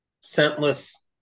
Scentless